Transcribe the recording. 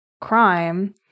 crime